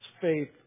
faith